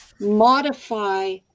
modify